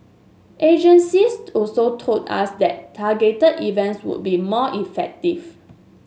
agencies also told us that targeted events would be more effective